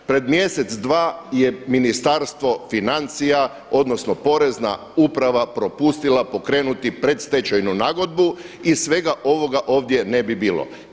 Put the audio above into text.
Pred mjesec, dva je Ministarstvo financija odnosno Porezna uprava propustila pokrenuti predstečajnu nagodbu i svega ovoga ovdje ne bi bilo.